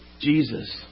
Jesus